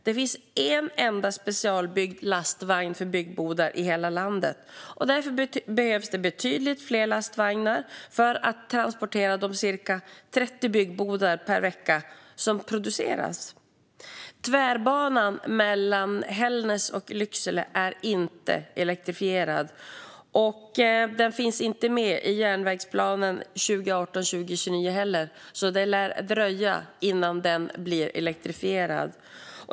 Det finns en enda specialbyggd lastvagn för byggbodar i hela landet, och det behövs alltså betydligt fler lastvagnar för att transportera de ca 30 byggbodar som produceras per vecka. Tvärbanan mellan Hällnäs och Lycksele är inte elektrifierad och finns inte med i järnvägsplanen för 2018-2029, så det lär dröja innan den blir det.